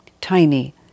tiny